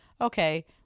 okay